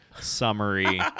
summary